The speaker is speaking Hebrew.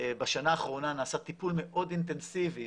בשנה האחרונה נעשה טיפול מאוד אינטנסיבי